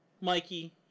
Mikey